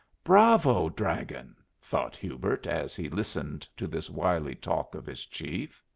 bravo, dragon! thought hubert, as he listened to this wily talk of his chief.